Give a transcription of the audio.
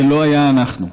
זה לא היה אנחנו.